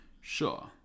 Sure